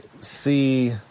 see